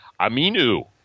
Aminu